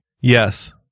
yes